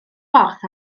borth